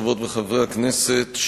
חברות וחברי הכנסת,